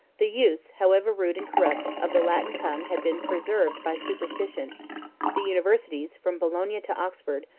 the use, however rude and corrupt, of the latin tongue had been preserved by superstition the universities, from bologna to oxford,